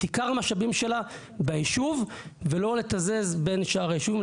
עיקר המשאבים שלה ביישוב ולא לתזז בין שאר היישובים.